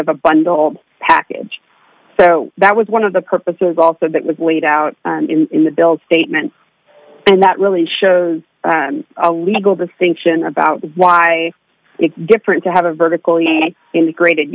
of a bundle package so that was one of the purposes also that was laid out in the build statement and that really shows a legal distinction about why it's different to have a vertical and integrated